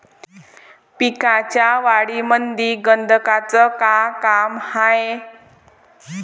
पिकाच्या वाढीमंदी गंधकाचं का काम हाये?